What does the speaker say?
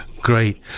Great